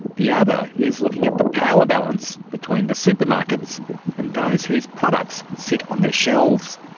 the other is looking at the power balance between the supermarkets and those whose products sit on their shelves.